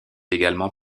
également